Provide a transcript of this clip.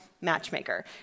matchmaker